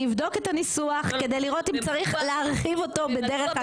אני אבדוק את הניסוח כדי לראות אם צריך להרחיב אותו בדרך אחרת.